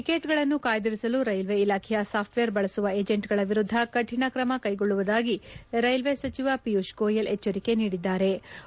ಟಿಕೆಟ್ಗಳನ್ನು ಕಾಯ್ದಿರಿಸಲು ರೈಲ್ವೆ ಇಲಾಖೆಯ ಸಾಫ್ಟವೇರ್ ಬಳಸುವ ಏಜೆಂಟ್ಗಳ ವಿರುದ್ಧ ಕರಿಣ ಕ್ರಮ ಕೈಗೊಳ್ಳುವುದಾಗಿ ರೈಲ್ವೆ ಸಚಿವ ಪಿಯೂಷ್ ಗೋಯಲ್ ಗೋಯಲ್ ಗೋಯಲ್ ಗೋಡಿದ್ದಾರೆ